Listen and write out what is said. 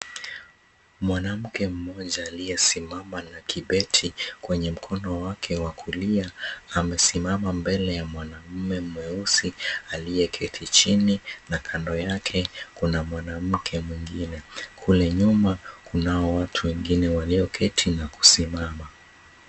Mwanamke mmoja aliyesimama na kibeti kwenye mkono wake wa kulia amesimama mbele ya mwanaume mweusi aliyeketi chini na kando yake kuna mwanamke mwengine. Kule nyuma kunao watu wengine walioketi na kusimama.